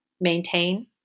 maintain